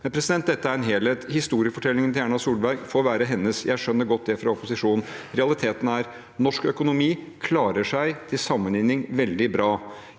i jobb. Dette er en helhet, historiefortellingen til Erna Solberg får være hennes, jeg skjønner godt at det kommer fra opposisjonen. Realiteten er at norsk økonomi klarer seg til sammenligning veldig bra.